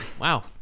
Wow